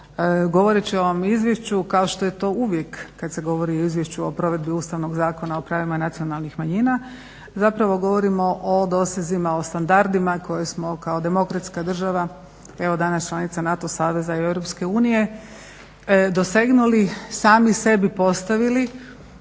govoreći o ovom izvješću kao što je to uvijek kad se govori o izvješću o provedbi Ustavnog zakona o pravima nacionalnih manjina zapravo govorimo o dosezima, o standardima koje smo kao demokratska država evo danas članica NATO saveza i EU dosegnuli, sami sebi postavili